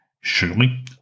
Surely